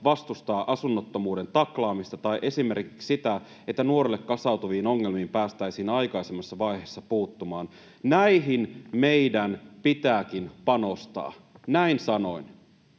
vastustaa asunnottomuuden taklaamista tai esimerkiksi sitä, että nuorelle kasautuviin ongelmiin päästäisiin aikaisemmassa vaiheessa puuttumaan. Näihin meidän pitääkin panostaa.” Näin sanoin.